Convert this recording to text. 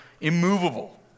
immovable